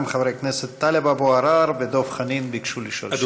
גם חברי הכנסת טלב אבו עראר ודב חנין ביקשו לשאול שאלה.